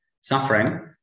suffering